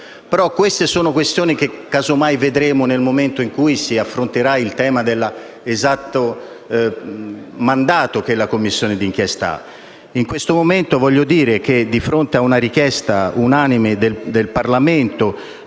però di questioni che casomai vedremo nel momento in cui si affronterà il tema dell'esatto mandato che la Commissione d'inchiesta avrà. In questo momento voglio dire che, di fronte a una richiesta unanime del Parlamento,